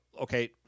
Okay